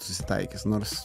susitaikys nors